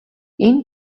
энэ